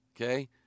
Okay